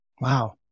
Wow